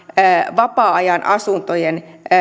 vapaa ajan asuntojen